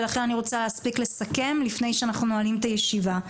ולכן אני רוצה להספיק לסכם לפני שאנחנו נועלים את הישיבה.